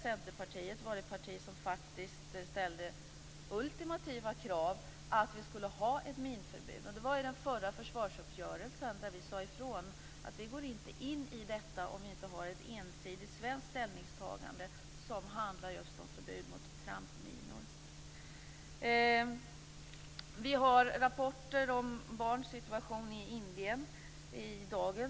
Centerpartiet var det parti som ställde ultimativa krav på ett minförbud. Vi sade ifrån i den förra försvarsuppgörelsen att vi inte går med på en uppgörelse om det inte blir ett ensidigt svenskt ställningstagande om förbud mot trampminor. I dagens tidningar rapporteras det om barns situation i Indien.